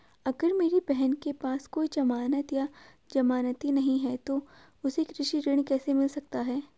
अगर मेरी बहन के पास कोई जमानत या जमानती नहीं है तो उसे कृषि ऋण कैसे मिल सकता है?